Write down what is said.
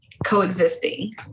coexisting